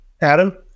adam